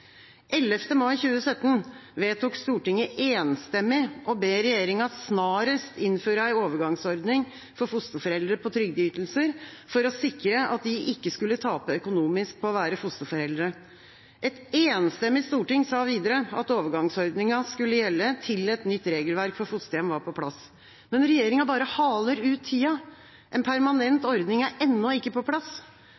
mai 2017 vedtok Stortinget enstemmig å be regjeringa snarest innføre en overgangsordning for fosterforeldre på trygdeytelser, for å sikre at de ikke skulle tape økonomisk på å være fosterforeldre. Et enstemmig storting sa videre at overgangsordningen skulle gjelde til et nytt regelverk for fosterhjem var på plass. Men regjeringa bare haler ut tida. En permanent